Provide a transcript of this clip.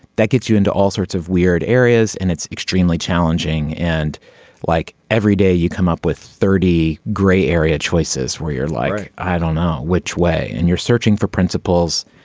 that gets you into all sorts of weird areas and it's extremely challenging and like every day you come up with thirty grey area choices where you're like i don't know which way and you're searching for principles.